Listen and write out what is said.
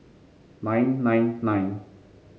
nine nine nine